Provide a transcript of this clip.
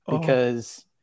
because-